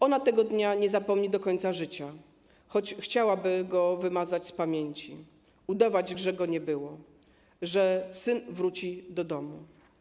Ona tego dnia nie zapomni do końca życia, choć chciałaby go wymazać z pamięci, udawać, że go nie było, że syn wróci do domu.